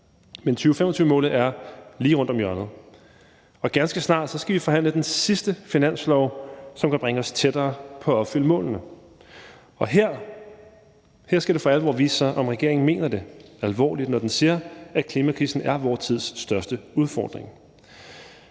Men 2025-målet er lige rundt om hjørnet, og ganske snart skal vi forhandle den sidste finanslov, som kan bringe os tættere på at opfylde målene, og her skal det for alvor vise sig, om regeringen mener det alvorligt, når den siger, at klimakrisen er vor tids største udfordring.